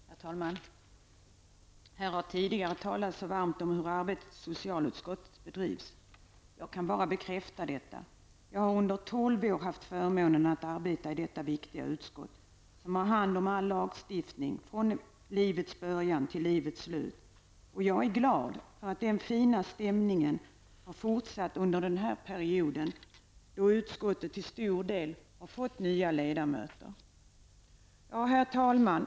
Herr talman! Det har tidigare talats så varmt om hur arbetet i socialutskottet bedrivs. Jag kan bara bekräfta vad som har sagts. Jag har under tolv år haft förmånen att arbeta i detta viktiga utskott, som har hand om lagstiftning som gäller människors förhållanden från livets början till dess slut. Jag är glad att den fina stämningen har fortsatt under den här perioden, då utskottet till stor del haft nya ledamöter. Herr talman!